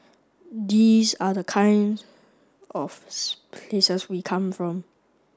these are the kinds of places we come from